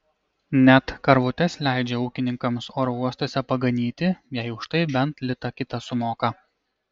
net karvutes leidžia ūkininkams oro uostuose paganyti jei už tai bent litą kitą sumoka